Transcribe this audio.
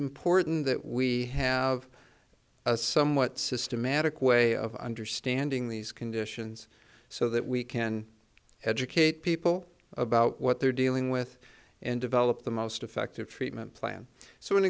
important that we have a somewhat systematic way of understanding these conditions so that we can educate people about what they're dealing with and develop the most effective treatment plan so